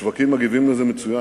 השווקים מגיבים על זה מצוין,